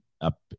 up